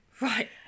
Right